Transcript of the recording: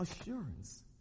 assurance